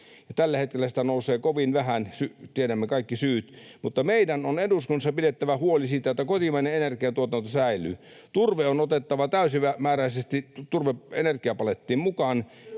Tällä hetkellä sitä nousee kovin vähän, tiedämme kaikki syyn. Mutta meidän on eduskunnassa pidettävä huoli siitä, että kotimainen energiantuotanto säilyy. Turve on otettava täysimääräisesti energiapalettiin mukaan,